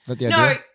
No